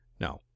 No